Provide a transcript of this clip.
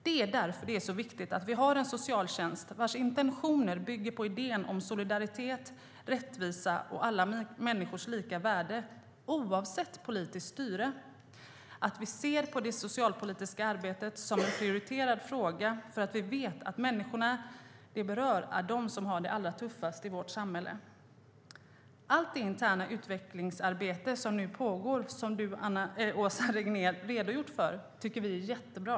Det är därför det är så viktigt att vi har en socialtjänst vars intentioner bygger på idén om solidaritet, rättvisa och alla människors lika värde - oavsett politiskt styre - och att vi ser på det socialpolitiska arbetet som en prioriterad fråga, eftersom vi vet att de människor det berör är de som har det allra tuffast i vårt samhälle. Allt det interna utvecklingsarbete som nu pågår och som du har redogjort för, Åsa Regnér, tycker vi är jättebra.